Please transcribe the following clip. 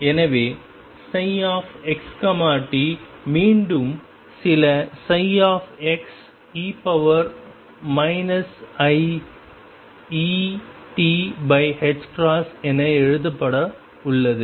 எனவே ψxt மீண்டும் சில ψ e iEt என எழுதப்பட உள்ளது